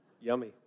Yummy